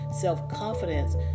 self-confidence